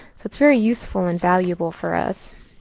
it's it's very useful and valuable for us.